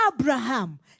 abraham